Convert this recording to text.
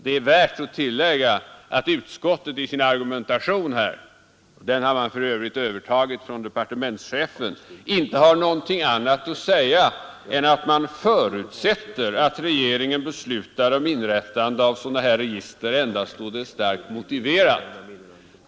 Det är värt att tillägga att utskottet i sin argumentation — den har utskottet för övrigt övertagit från departementschefen — inte har någonting annat att säga än att man förutsätter att regeringen beslutar om inrättande av sådana här register endast då det är starkt motiverat.